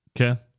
Okay